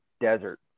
desert